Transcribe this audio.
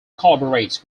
collaborates